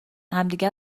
همدیگه